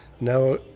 now